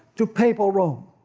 to papal rome.